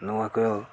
ᱱᱚᱣᱟ ᱠᱚ